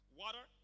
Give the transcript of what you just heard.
water